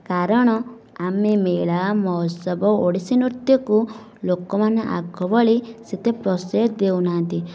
କାରଣ ଆମେ ମେଳା ମହୋତ୍ସବ ଓଡ଼ିଶୀ ନୃତ୍ୟକୁ ଲୋକମାନେ ଆଗ ଭଳି ସେତେ ପ୍ରଶୟ ଦେଉନାହାନ୍ତି